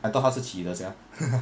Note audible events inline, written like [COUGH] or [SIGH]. I thought 它是起了 sia [LAUGHS]